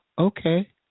Okay